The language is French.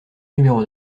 numéro